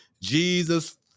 Jesus